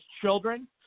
children